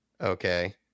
okay